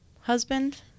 husband